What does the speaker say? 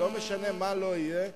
ולא משנה מה יהיה,